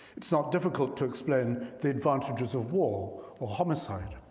it's not difficult to explain the advantages of war or homicide.